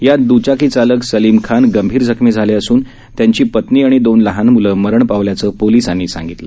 यात दुचाकीचालक सलिम खान गंभिर जखमी झाले असून त्यांची पत्नी आणि दोन लहान मुलं मरण पावल्याचं पोलिसांनी सांगितलं